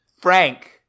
Frank